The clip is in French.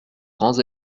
grands